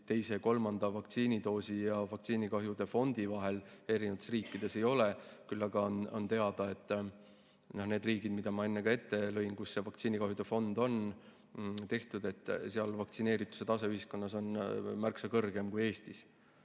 teise-kolmanda vaktsiinidoosi ja vaktsiinikahjude fondi vahel eri riikides, ei ole. Küll aga on teada, et need riigid, mida ma enne ka ette lugesin, kus see vaktsiinikahjude fond on tehtud, seal vaktsineerituse tase ühiskonnas on märksa kõrgem kui Eestis.